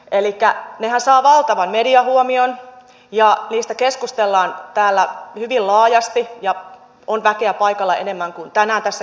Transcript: nehän saavat valtavan mediahuomion ja niistä keskustellaan täällä hyvin laajasti ja on väkeä paikalla enemmän kuin tänään tässä keskustelussa